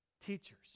teachers